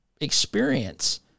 experience